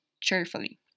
cheerfully